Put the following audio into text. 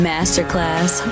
Masterclass